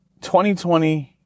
2020